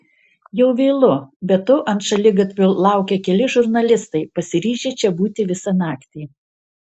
jau vėlu be to ant šaligatvio laukia keli žurnalistai pasiryžę čia būti visą naktį